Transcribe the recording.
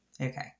Okay